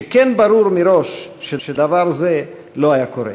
שכן ברור היה מראש שהדבר הזה לא יקרה.